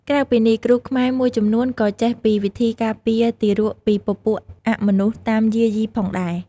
ក្រៅពីនេះគ្រូខ្មែរមួយចំនួនក៏ចេះពីវិធីកាពារទារកពីពពួកអមនុស្សតាមយាយីផងដែរ។